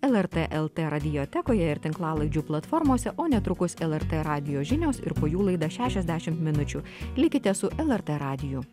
lrt lt radiotekoje ir tinklalaidžių platformose o netrukus lrt radijo žinios ir po jų laida šešiasdešimt minučių likite su lrt radiju